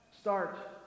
start